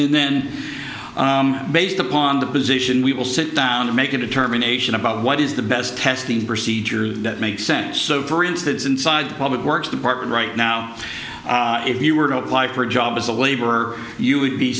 and then based upon the position we will sit down to make a determination about what is the best testing procedure that makes sense so for instance inside public works department right now if you were to apply for a job as a laborer you would be